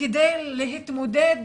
כדי להתמודד,